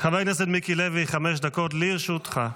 חבר הכנסת, מיקי לוי, חמש דקות לרשותך.